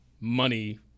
money